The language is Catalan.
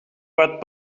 bat